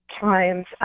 times